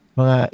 mga